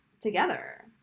together